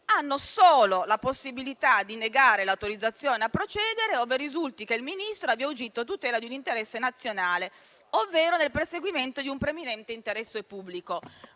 hanno solo la possibilità di negare l'autorizzazione a procedere, ove risulti che il Ministro abbia agito a tutela di un interesse nazionale ovvero nel perseguimento di un preminente interesse pubblico.